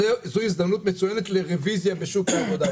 זו הזדמנות מצוינת לרביזיה בשוק העבודה.